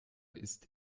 ist